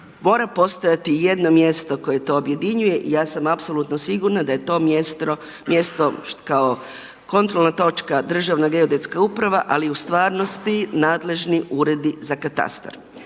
mora postojati jedno mjesto koje to objedinjuje. Ja sam apsolutno sigurno da je to mjesto kao kontrolna točka Državna geodetska uprava, ali u stvarnosti nadležni uredi za katastar.